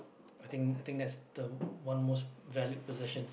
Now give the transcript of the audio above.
I think I think that's the one most valued possession